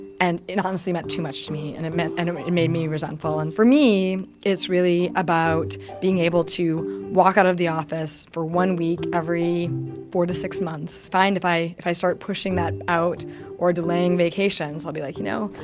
and it honestly meant too much to me and it and um and made me resentful and for me it's really about being able to walk out of the office for one week every four to six months, find if i if i start pushing that out or delaying vacations i'll be like you know,